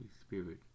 Spirit